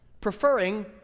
preferring